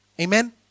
Amen